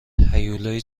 هیولایی